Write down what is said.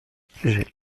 j’ai